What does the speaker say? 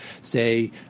say